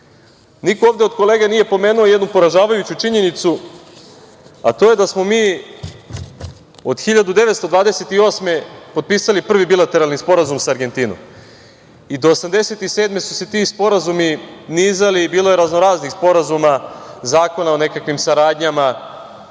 niko ovde od kolega nije pomenuo jednu poražavajuću činjenicu, a to je da smo mi od 1928. godine, potpisali prvi bilateralni Sporazum sa Argentinom. I do 1987. godine, ti sporazumi su se nizali i bilo je raznoraznih sporazuma i zakona o nekakvim saradnjama. Radilo